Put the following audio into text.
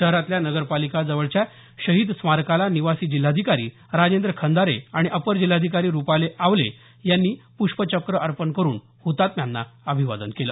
शहरातल्या नगरपालिका जवळच्या शहिद स्मारकाला निवासी जिल्हाधिकारी राजेंद्र खंदारे आणि अप्पर जिल्हाधिकारी रुपाली आवले यांनी प्ष्पचक्र अर्पण करुन हुतात्म्यांना अभिवादन केलं